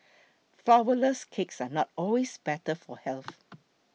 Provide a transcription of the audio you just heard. Flourless Cakes are not always better for health